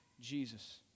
Jesus